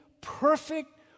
perfect